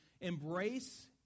embrace